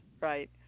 right